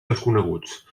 desconeguts